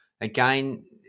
Again